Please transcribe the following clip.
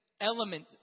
element